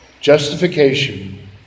Justification